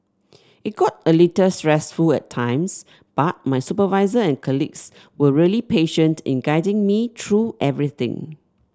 it got a little stressful at times but my supervisor and colleagues were really patient in guiding me through everything